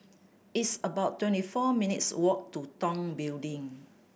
it's about twenty four minutes' walk to Tong Building